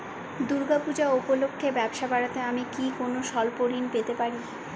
দূর্গা পূজা উপলক্ষে ব্যবসা বাড়াতে আমি কি কোনো স্বল্প ঋণ পেতে পারি?